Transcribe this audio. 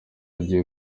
agiye